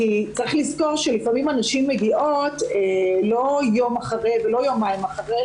צריך לזכור שלפעמים הנשים מגיעות לא יום אחרי ולא יומיים אחרי,